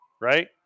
right